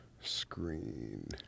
Screen